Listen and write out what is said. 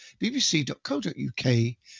bbc.co.uk